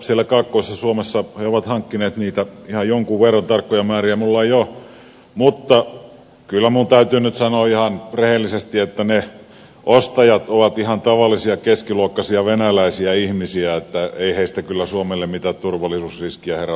siellä kaakkoisessa suomessa he ovat hankkineet niitä ihan jonkun verran tarkkoja määriä minulla ei ole mutta kyllä minun täytyy nyt sanoa ihan rehellisesti että ne ostajat ovat ihan tavallisia keskiluokkaisia venäläisiä ihmisiä että ei heistä kyllä suomelle mitään turvallisuusriskiä herra paratkoon ole